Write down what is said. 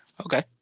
okay